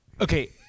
Okay